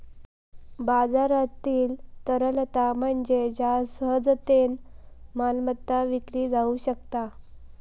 बाजारातील तरलता म्हणजे ज्या सहजतेन मालमत्ता विकली जाउ शकता